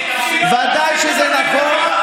לא נכון, ודאי שזה נכון.